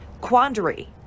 quandary